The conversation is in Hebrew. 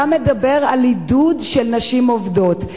אתה מדבר על עידוד נשים עובדות.